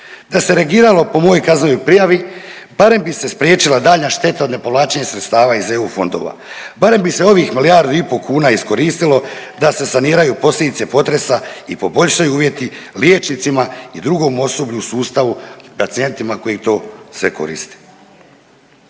Da se reagiralo po mojoj kaznenoj prijavi, barem bi se spriječila daljnja šteta od nepovlačenja sredstava iz EU fondova. Barem bi se ovih milijardu i pol kuna iskoristilo da se saniraju posljedice potresa i poboljšaju uvjeti liječnicima i drugom osoblju u sustavu na centrima koji to se koriste.